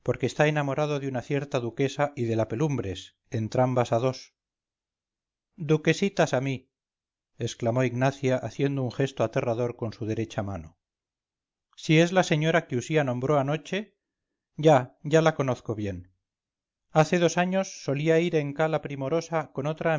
está enamorado de una cierta duquesa y de la pelumbres entrambas a dos duquesitas a mí exclamó ignacia haciendo un gesto aterrador con su derecha mano si es la señora que usía nombró anoche ya ya la conozco bien hace dos años solía ir en ca la primorosa con otra